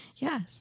Yes